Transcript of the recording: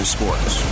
Sports